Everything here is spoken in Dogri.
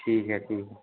ठीक ऐ फ्ही